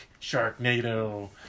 Sharknado